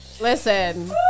listen